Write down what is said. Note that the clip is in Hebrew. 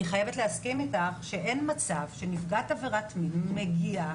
אני חייבת להסכים איתך שאין מצב שנפגעת עבירת מין מגיעה